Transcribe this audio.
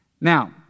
Now